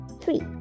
three